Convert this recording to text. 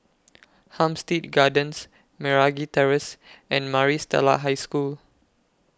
Hampstead Gardens Meragi Terrace and Maris Stella High School